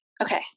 Okay